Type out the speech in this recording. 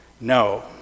No